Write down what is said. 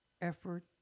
effort